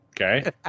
Okay